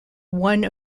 one